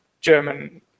German